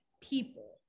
people